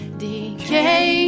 decay